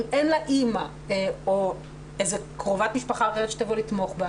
אם אין לה אימא או קרובת משפחה שתבוא לתמוך בה.